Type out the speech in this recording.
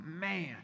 man